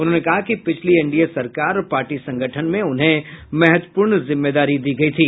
उन्होंने कहा कि पिछली एनडीए सरकार और पार्टी संगठन में उन्हें महत्वपूर्ण जिम्मेदारी दी गई थी